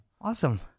awesome